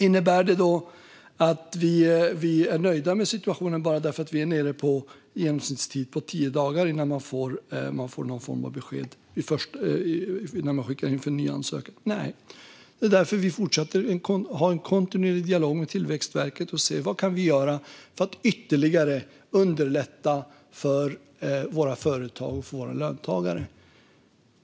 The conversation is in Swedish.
Innebär det att vi är nöjda med situationen eftersom vi är nere på en genomsnittstid på tio dagar innan man får någon form av besked om sin ansökan? Nej, och det är därför vi fortsätter att ha en kontinuerlig dialog med Tillväxtverket för att se vad vi kan göra för att ytterligare underlätta för svenska företag och löntagare.